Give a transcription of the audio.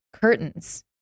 curtains